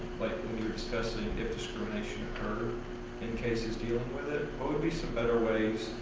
when you were discussing if discrimination occurred in cases dealing with it, what would be some better ways